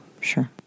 sure